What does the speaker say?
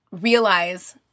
realize